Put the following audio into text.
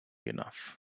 enough